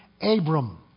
Abram